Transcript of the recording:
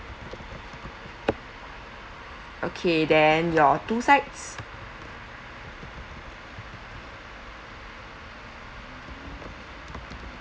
okay then your two sides